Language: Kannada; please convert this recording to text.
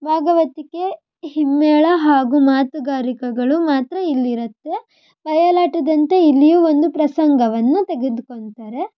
ಭಾಗವತಿಕೆ ಹಿಮ್ಮೇಳ ಹಾಗೂ ಮಾತುಗಾರಿಕೆಗಳು ಮಾತ್ರ ಇಲ್ಲಿರುತ್ತೆ ಬಯಲಾಟದಂತೆ ಇಲ್ಲಿಯೂ ಒಂದು ಪ್ರಸಂಗವನ್ನು ತೆಗೆದುಕೋತಾರೆ